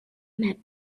met